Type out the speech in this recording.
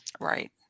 Right